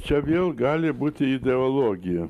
čia vėl gali būti ideologija